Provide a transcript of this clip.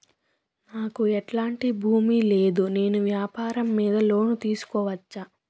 నాకు ఎట్లాంటి భూమి లేదు నేను వ్యాపారం మీద లోను తీసుకోవచ్చా?